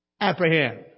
apprehend